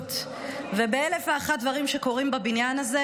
ההשתמטות ובאלף ואחד דברים שקורים בבניין הזה,